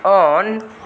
on